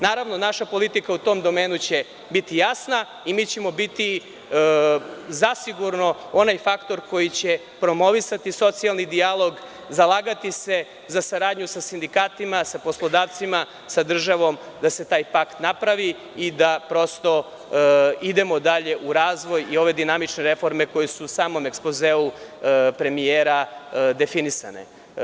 Naravno, naša politika u tom domenu će biti jasna i mi ćemo biti zasigurno onaj faktor koji će promovisati socijalni dijalog, zalagati se za saradnju sa sindikatima, sa poslodavcima, sa državom da se taj pakt napravi i da prosto idemo dalje u razvoj i u ove dinamične reforme koje su u samom ekspozeu premijera definisane.